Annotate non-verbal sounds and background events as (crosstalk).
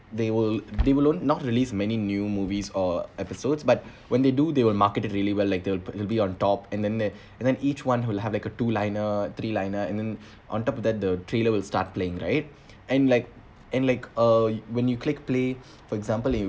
they will they will no not release many new movies or episodes but when they do they will market it really well like they will put it on top and then they (breath) and then each one will have like a two liner three liner and then (breath) on top of that the trailer will start playing right (breath) and like and like uh when you click play (noise) for example you